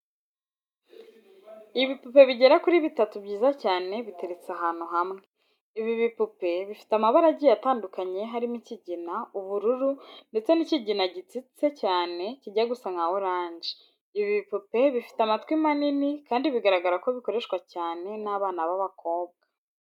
Ibipupe bigera kuri bitatu byiza cyane biteretse ahantu hamwe. Ibi bipupe bifite amabara agiye atandukanye harimo ikigina, ubururu, ndetse n'ikigina gitsitse cyane kijya gusa nka oranje. Ibi bipupe bifite amatwi manini kandi biragaragara ko bikoreshwa cyane n'abana b'abakobwa.